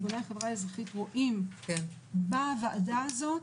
ארגוני החברה האזרחית רואים בוועדה הזאת,